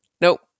Nope